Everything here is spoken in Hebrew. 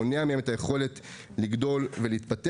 מונע מהם את היכולת לגדול ולהתפתח.